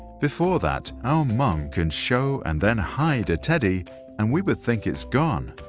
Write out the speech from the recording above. before that, our mom can show and then hide a teddy and we would think is gone.